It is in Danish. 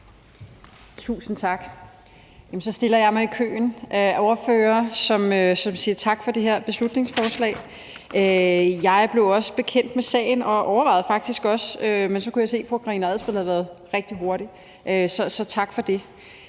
Tusind tak. Så stiller jeg mig i køen af ordførere, som siger tak for det her beslutningsforslag. Jeg blev også bekendt med sagen og overvejede den faktisk også, men så kunne jeg se, at fru Karina Adsbøl havde været rigtig hurtig, så tak for det.